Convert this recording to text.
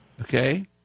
Okay